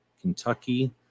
kentucky